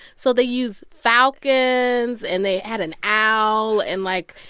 so they use falcons, and they had an owl. and, like,